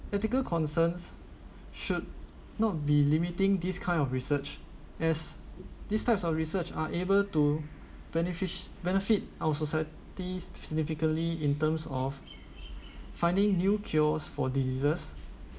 ethical concerns should not be limiting this kind of research as these types of research are able to benefis~ benefit our societies significantly in terms of finding new cures for diseases